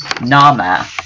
Nama